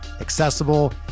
accessible